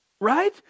Right